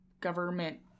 government